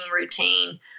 routine